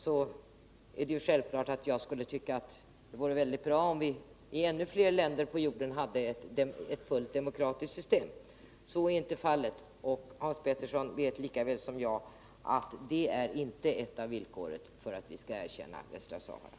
Så är inte fallet, även om jag självfallet skulle tycka att det vore bra om vi i flera länder på jorden hade ett fullt demokratiskt system. Hans Petersson vet lika väl som jag att detta inte är ett villkor för att vi skall erkänna Västra Sahara.